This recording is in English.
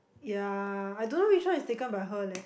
ya I don't know which one is taken by her leh